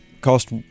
cost